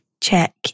Check